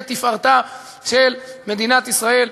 יהיה תפארתה של מדינת ישראל,